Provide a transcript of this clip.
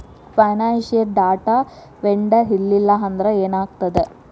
Financial data vendor ಇರ್ಲ್ಲಿಲ್ಲಾಂದ್ರ ಏನಾಗ್ತದ?